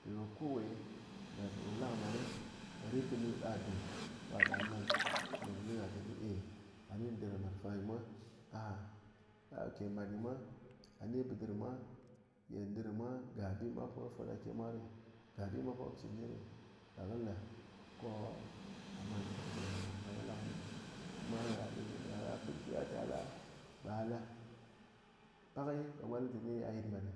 Mpi ko kowe na po rot la mat ɓe ritkɨni ba be ko a da nang ko mwa le gha tɨné eh ani ndɨr mat fanyi mwa aha ken mat nyi mwa a ni bɨɗɨr mwa ye ndɨr mwa ga bi mwa fot ke mwa ɗo nyi ga bi mwa po chɨn nyi ɗo nyi ɗa kɨ le ko a man té ken mat ɗang ɗo a mat la nyi eh koma gha ɗo gha pɨn kɨgha té gha la, ɓa la, pakɨ ɓe mwa le té a yit mat ɗe